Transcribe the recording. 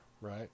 right